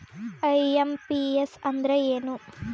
IMPS ಅಂದ್ರ ಏನು?